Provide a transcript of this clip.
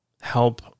help